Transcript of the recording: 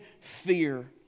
fear